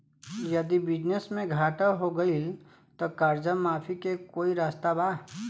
यदि बिजनेस मे घाटा हो गएल त कर्जा माफी के कोई रास्ता बा?